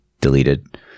deleted